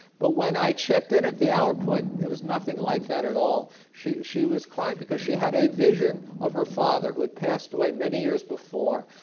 but when i checked in at the hour point it was nothing like that at all. she she was crying because she had a vision of her father who had passed away many years before.